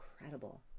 incredible